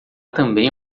também